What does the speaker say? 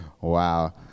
Wow